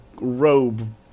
robe